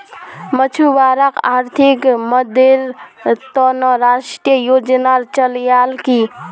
मछुवारॉक आर्थिक मददेर त न राष्ट्रीय योजना चलैयाल की